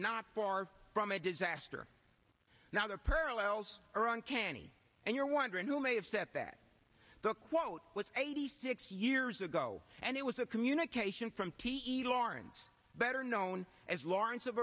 not far from a disaster now the parallels are on cannie and you're wondering who may have said that the quote was eighty six years ago and it was a communication from t e lawrence better known as lawrence of